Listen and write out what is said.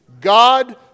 god